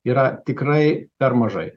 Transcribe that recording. yra tikrai per mažai